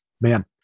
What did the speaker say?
man